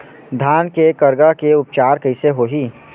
धान के करगा के उपचार कइसे होही?